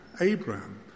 Abraham